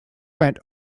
went